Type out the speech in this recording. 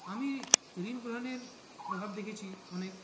আমি ঋণ গ্রহণের প্রভাব দেখেছি অনেক